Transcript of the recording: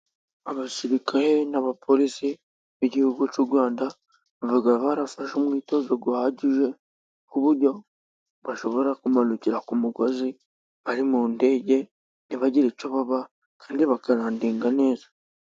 Abasirikare n'abapolisi b'igihugu cy'u Rwanda ,baba barafashe umwitozo uhagije kuburyo bashobora kumanukira ku mugozi bari mu ndege ntibagira icyo baba kandi bakarandinga neza.